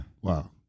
Wow